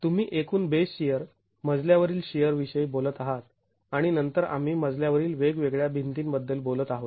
तुम्ही एकूण base shear मजल्या वरील शिअर विषयी बोलत आहात आणि नंतर आम्ही मजल्या वरील वेगवेगळ्या भिंतीबद्दल बोलत आहोत